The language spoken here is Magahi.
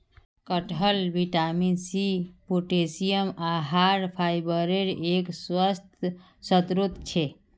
कटहल विटामिन सी, पोटेशियम, आहार फाइबरेर एक स्वस्थ स्रोत छे